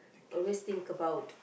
always think about